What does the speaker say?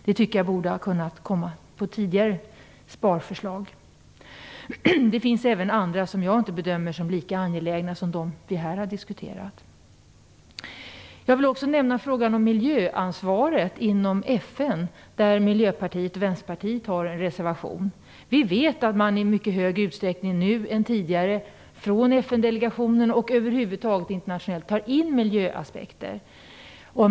Det borde ha innefattats av tidigare sparförslag. Det finns även andra beskickningar som jag inte bedömer som lika angelägna som dem som vi här har diskuterat. Jag vill också nämna frågan om miljöansvaret inom FN, där Miljöpartiet och Vänsterpartiet har en reservation. Vi vet att man från FN-delegationen och över huvud taget internationellt i mycket större utsträckning nu än tidigare tar med miljöaspekter.